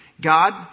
God